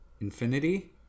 infinity